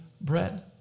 bread